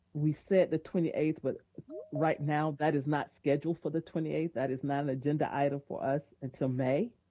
we said the twenty eighth, but right now that is not scheduled for the twenty that is not an agenda item for us until may,